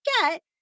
get